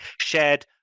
shared